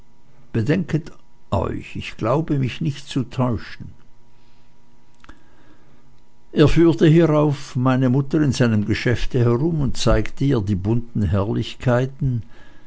bedenket euch ich glaube mich nicht zu täuschen er führte hierauf meine mutter in seinem geschäfte herum und zeigte ihr die bunten herrlichkeiten